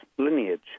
Lineage